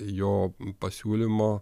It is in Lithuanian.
jo pasiūlymo